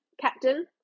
captain